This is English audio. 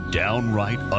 downright